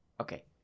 Okay